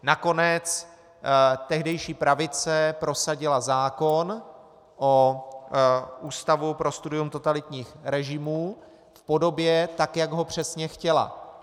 Nakonec tehdejší pravice prosadila zákon o Ústavu pro studium totalitních režimů v podobě, tak jak ho přesně chtěla.